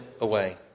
away